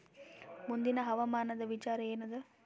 ಮುಂದಿನ ಹವಾಮಾನದ ವಿಚಾರ ಏನದ?